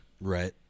Right